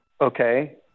okay